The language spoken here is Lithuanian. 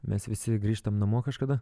mes visi grįžtam namo kažkada